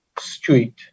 Street